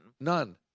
None